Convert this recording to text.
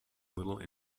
little